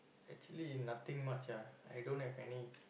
actually nothing much ah I don't have any